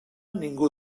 ningú